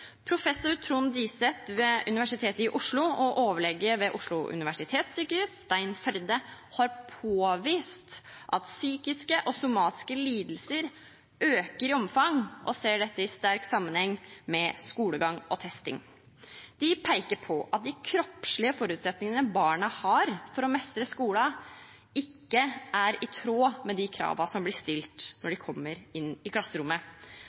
Professor Trond H. Diseth ved Universitetet i Oslo og overlege ved Oslo universitetssykehus Stein Førde har påvist at psykiske og somatiske lidelser øker i omfang, og ser dette i sterk sammenheng med skolegang og testing. De peker på at de kroppslige forutsetningene barna har for å mestre skolen, ikke er i tråd med de kravene som blir stilt når de kommer inn i klasserommet.